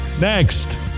next